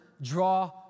Draw